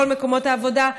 זה כל מקומות העבודה.